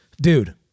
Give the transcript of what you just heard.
dude